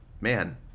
man